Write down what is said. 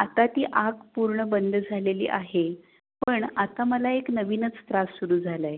आता ती आग पूर्ण बंद झालेली आहे पण आता मला एक नवीनच त्रास सुरू झाला आहे